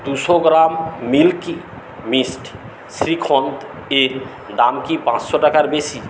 দুশো gram Milky Mist শ্রীখণ্ডের দাম কি পাঁচশো টাকার বেশি